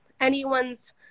anyone's